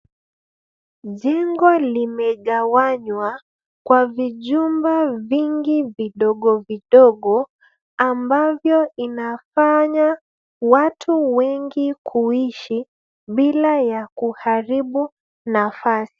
Jengo limegawanywa kwa vijumba vingi vidogo vidogo ambavyo inafanya watu wengi kuishi bila ya kuharibu nafasi.